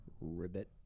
ribbit